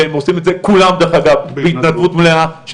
שעושים את זה כולם דרך אגב בהתנדבות מלאה,